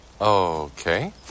Okay